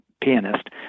pianist